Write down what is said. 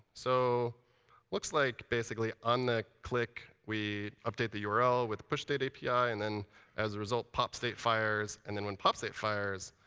so looks like, basically, on the click, we update the url with a pushstate api. and then as a result, popstate fires. and then when popstate fires,